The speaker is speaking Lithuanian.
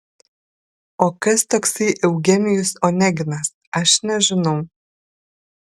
o kas toksai eugenijus oneginas aš nežinau